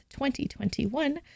2021